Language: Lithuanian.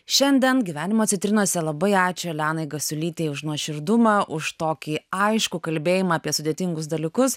šiandien gyvenimo citrinose labai ačiū elenai gasiulytei už nuoširdumą už tokį aiškų kalbėjimą apie sudėtingus dalykus